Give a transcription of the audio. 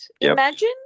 imagine